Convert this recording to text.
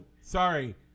sorry